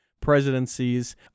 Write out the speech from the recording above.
presidencies